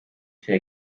się